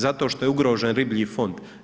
Zato što je ugrožen riblji fond.